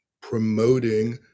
promoting